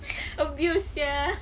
abuse sia